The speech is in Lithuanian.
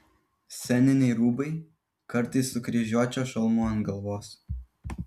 sceniniai rūbai kartais su kryžiuočio šalmu ant galvos